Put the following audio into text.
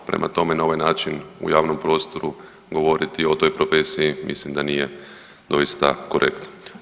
Prema tome, na ovaj način u javnom prostoru govoriti o toj profesiji mislim da nije doista korektno.